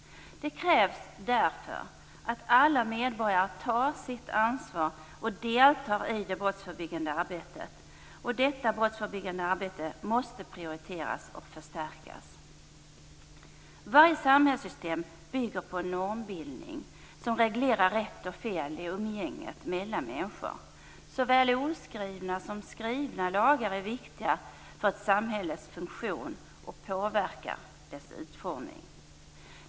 Det krävs därför att alla medborgare tar sitt ansvar och deltar i det brottsförebyggande arbetet. Detta brottsförebyggande arbete måste prioriteras och förstärkas. Varje samhällssystem bygger på en normbildning som reglerar rätt och fel i umgänget mellan människor. Såväl oskrivna som skrivna lagar är viktiga för ett samhälles funktion och påverkar dess utformning.